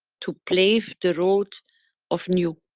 to pave the road of new.